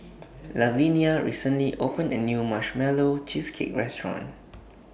Lavinia recently opened A New Marshmallow Cheesecake Restaurant